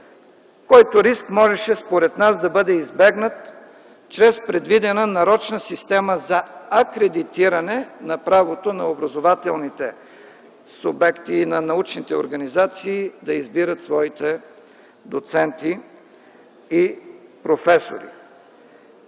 който риск можеше според нас да бъде избегнат чрез предвидена нарочна система за акредитиране на правото на образователните субекти и на научните организации да избират своите доценти и професори.